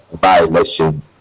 violation